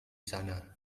sana